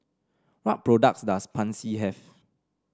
what products does Pansy have